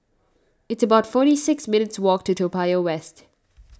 It's about forty six minutes' walk to Toa Payoh West